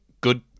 good